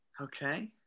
Okay